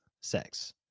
sex